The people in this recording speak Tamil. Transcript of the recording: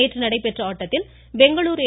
நேற்று நடைபெற்ற ஆட்டத்தில் பெங்களுரு எ